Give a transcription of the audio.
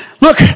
Look